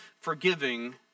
forgiving